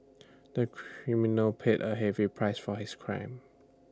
the criminal paid A heavy price for his crime